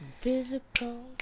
physical